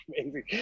amazing